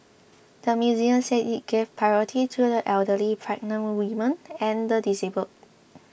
the museum said it gave priority to the elderly pregnant women and the disabled